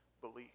belief